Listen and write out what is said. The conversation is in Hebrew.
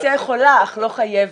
האופוזיציה יכולה אך לא חייבת,